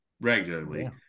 regularly